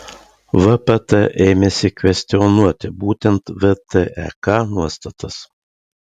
vpt ėmėsi kvestionuoti būtent vtek nuostatas